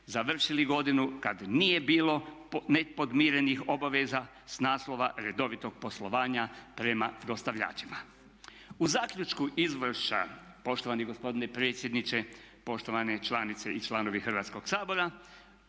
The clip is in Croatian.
završili godinu kad nije bilo nepodmirenih obaveza s naslova redovitog poslovanja prema dostavljačima. U zaključku izvješća poštovani gospodine predsjedniče, poštovane članice i članovi Hrvatskog sabora